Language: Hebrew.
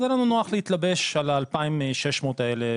אז היה לנו נוח להתלבש על ה-2,600 האלה